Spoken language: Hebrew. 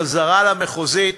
חזרה למחוזי.